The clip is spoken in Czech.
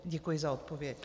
Děkuji za odpověď.